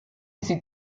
sie